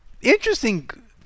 interesting